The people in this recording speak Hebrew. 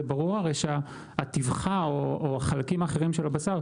זה ברור שהחלקים האחרים של הבשר,